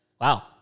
Wow